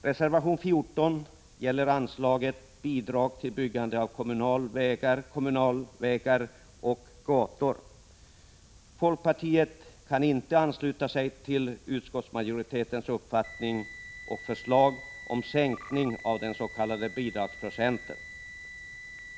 Reservation 14 gäller anslaget Bidrag till byggande av kommunala vägar och gator. Folkpartiet kan inte ansluta sig till utskottsmajoritetens uppfattning och dess förslag om sänkning av den s.k. bidragsprocenten.